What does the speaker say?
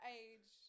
age